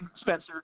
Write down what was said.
Spencer